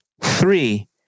three